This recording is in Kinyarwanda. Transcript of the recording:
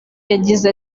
yagize